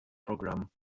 programme